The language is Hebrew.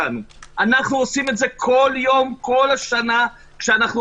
עידן קלימן, יושב-ראש ארגון נכי צה"ל.